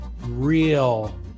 real